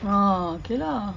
orh okay lah